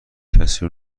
کسی